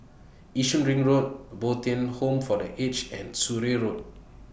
Yishun Ring Road Bo Tien Home For The Aged and Surrey Road